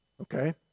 okay